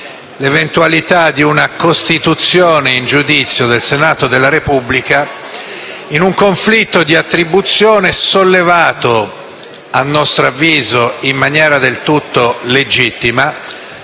l'eventualità di una costituzione in giudizio del Senato della Repubblica in un conflitto d'attribuzione sollevato, a nostro avviso, in maniera del tutto legittima,